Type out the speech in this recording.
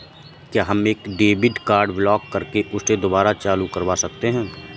क्या हम एक डेबिट कार्ड ब्लॉक करके उसे दुबारा चालू करवा सकते हैं?